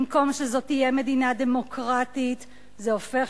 במקום שזאת תהיה מדינה דמוקרטית זה הופך